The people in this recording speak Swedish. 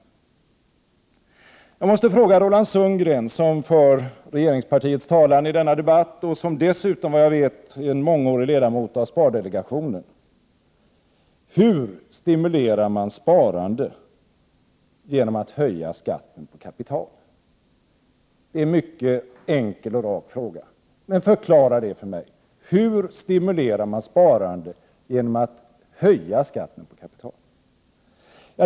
Jag måste fråga Roland Sundgren, som för regeringspartiets talan i denna debatt och som dessutom såvitt jag vet är en mångårig ledamot i spardelegationen: Hur stimulerar man sparande genom att höja skatten på kapital? Det är en mycket enkel och rak fråga — förklara för mig hur man stimulerar sparandet genom att höja skatten på kapital!